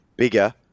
bigger